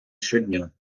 щодня